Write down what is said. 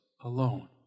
alone